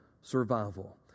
survival